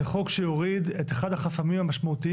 זה חוק שיוריד את אחד החסמים המשמעותיים